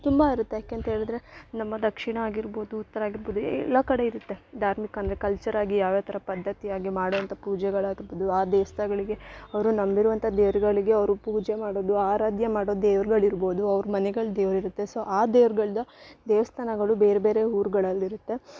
ತುಂಬ ಇರುತ್ತೆ ಯಾಕೆ ಅಂತ ಹೇಳಿದ್ರೆ ನಮ್ಮ ದಕ್ಷಿಣ ಆಗಿರ್ಬೋದು ಉತ್ತರ ಆಗಿರ್ಬೋದು ಎಲ್ಲ ಕಡೆ ಇರುತ್ತೆ ಧಾರ್ಮಿಕ ಅಂದರೆ ಕಲ್ಚರ್ ಆಗಿ ಯಾವ ಯಾವ ಥರ ಪದ್ಧತಿಯಾಗಿ ಮಾಡುವಂಥ ಪೂಜೆಗಳು ಆಗಿರ್ಬೋದು ಆ ದೇವಸ್ಥಾನಗಳಿಗೆ ಅವರು ನಂಬಿರುವಂಥ ದೇವರುಗಳಿಗೆ ಅವರು ಪೂಜೆ ಮಾಡೋದು ಆರಾಧ್ಯ ಮಾಡೋ ದೇವ್ರುಗಳ್ ಇರ್ಬೋದು ಅವ್ರು ಮನೆಗಳ ದೇವ್ರು ಇರುತ್ತೆ ಸೊ ಆ ದೇವ್ರುಗಳ್ದು ದೇವಸ್ಥಾನಗಳು ಬೇರೆ ಬೇರೆ ಊರ್ಗಳಲ್ಲಿರತ್ತೆ